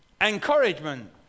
encouragement